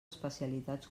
especialitats